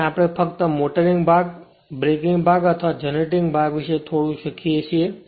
તેથી આપણે ફક્ત મોટરિંગ ભાગ બ્રેકિંગ ભાગ અથવા જનરેટિંગ ભાગ વિશે થોડું શીખીએ છીએ